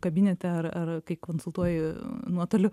kabinete ar ar kai konsultuoji nuotoliu